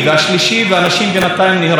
אנחנו אפילו לא מדברים פה על הפצועים.